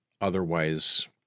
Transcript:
otherwise